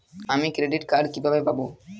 আমি credit card কিভাবে পাবো?